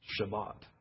Shabbat